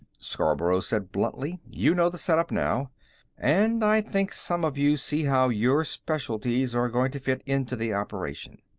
scarborough said bluntly. you know the setup, now and i think some of you see how your specialities are going to fit into the operation.